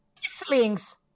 Slings